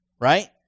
Right